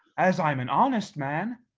as i am and honest man,